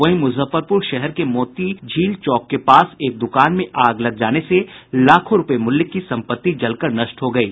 वहीं मुजफ्फरपुर शहर के मोतीझील चौक पर एक दुकान में आग लग जाने से लाखों रूपये मूल्य की संपत्ति जलकर नष्ट हो गयी